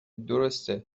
درسته